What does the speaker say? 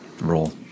roll